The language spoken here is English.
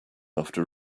after